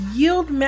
yield